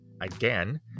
again